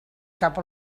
cap